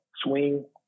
Swing